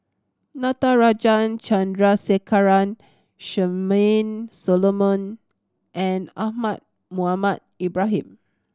Natarajan Chandrasekaran Charmaine Solomon and Ahmad Mohamed Ibrahim